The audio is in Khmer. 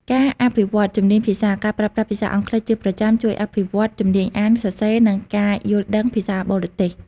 ការអភិវឌ្ឍជំនាញភាសា ការប្រើប្រាស់ភាសាអង់គ្លេសជាប្រចាំជួយអភិវឌ្ឍជំនាញអាន សរសេរ និងការយល់ដឹងភាសាបរទេស។